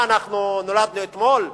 מה, נולדנו אתמול?